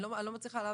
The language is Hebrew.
אני לא מצליחה להבין.